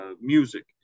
music